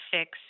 fix